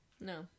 no